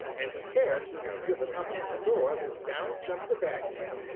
and scarce were we driven up to the door than down jumped the bagman,